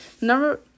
Number